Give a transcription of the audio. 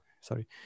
sorry